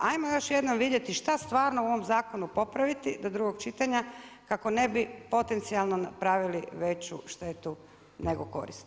Hajmo još jednom vidjeti šta stvarno u ovom zakonu popraviti do drugog čitanja kako ne bi potencijalno napravili veću štetu nego korist.